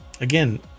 Again